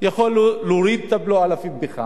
יכול להוריד את הבלו על הפחם